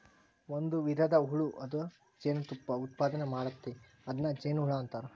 ಒಂದು ವಿಧದ ಹುಳು ಅದ ಜೇನತುಪ್ಪಾ ಉತ್ಪಾದನೆ ಮಾಡ್ತತಿ ಅದನ್ನ ಜೇನುಹುಳಾ ಅಂತಾರ